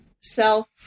self